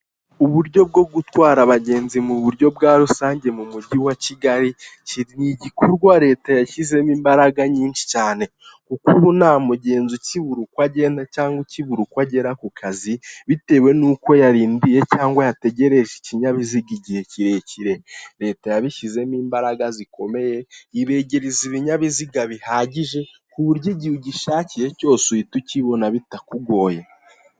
Uburyo bwo gutwara abagenzi mu buryo bwa rusange mu mujyi wa Kigali ni igikorwa leta yashyizemo imbaraga nyinshi cyane kuko ubu nta mugenzi ukibura uko agenda cyangwa ukibura uko agera ku kazi bitewe n'uko yarindiye cyangwa yategereje ikinyabiziga igihe kirekire leta yabishyizemo imbaraga zikomeye yibegereza ibinyabiziga bihagije ku buryo igihe ugishakiye cyose uhita ukibona bitakugoye.